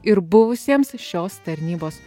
ir buvusiems šios tarnybos